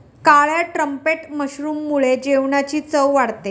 काळ्या ट्रम्पेट मशरूममुळे जेवणाची चव वाढते